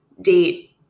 date